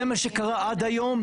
זה מה שקרה עד היום.